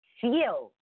Feel